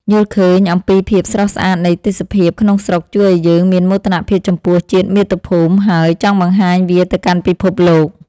យល់ឃើញអំពីភាពស្រស់ស្អាតនៃទេសភាពក្នុងស្រុកជួយឱ្យយើងមានមោទនភាពចំពោះជាតិមាតុភូមិ ហើយ ចង់បង្ហាញវាទៅកាន់ពិភពលោក។